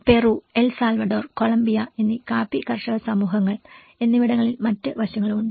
Peru El Salvador Colombia എന്നീ കാപ്പി കർഷക സമൂഹങ്ങൾ എന്നിവിടങ്ങളിൽ മറ്റ് വശങ്ങളും ഉണ്ട്